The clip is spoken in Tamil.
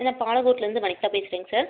நான் பாலக்கோட்லேந்து வனிதா பேசுறேங்க சார்